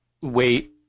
wait